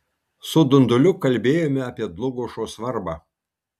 su dunduliu kalbėjome apie dlugošo svarbą